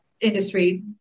industry